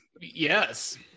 Yes